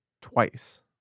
twice